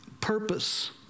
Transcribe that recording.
purpose